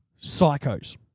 psychos